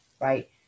right